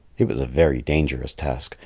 it was a very dangerous task,